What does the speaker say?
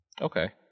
Okay